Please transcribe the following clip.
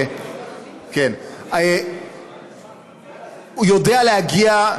הוא יודע להגיע.